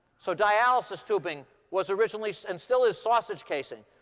so dialysis tubing was originally, and still is, sausage casing.